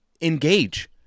engage